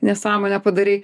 nesąmonę padarei